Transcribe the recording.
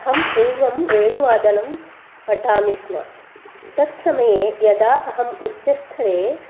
अहं पूर्वं वेणुवादनं पठामि स्म तत् समये यदा अहम् उच्च स्थरे